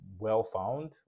WellFound